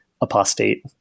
apostate